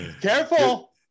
Careful